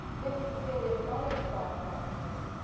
this is clearly acknowledged by hartley,